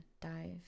dive